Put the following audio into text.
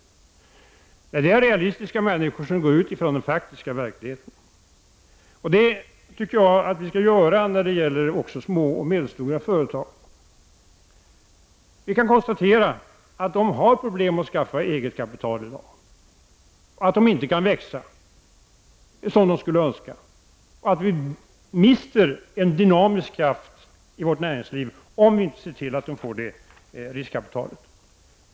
Nej, aktieköparna är realistiska människor som utgår från den faktiska verkligheten. Och det tycker jag att vi skall göra också när det gäller små och medelstora företag. Vi kan konstatera att de i dag har problem med att skaffa eget kapital och att de inte kan växa som de skulle önska. Vi mister en dynamisk kraft i vårt näringsliv om vi inte ser till att de får det riskkapitalet.